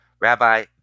Rabbi